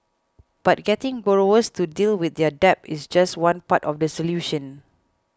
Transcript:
but getting borrowers to deal with their debt is just one part of the solution